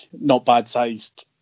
not-bad-sized